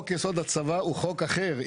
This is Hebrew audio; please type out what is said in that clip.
אם משווים, חוק-יסוד: הצבא הוא חוק אחר.